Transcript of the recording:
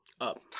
up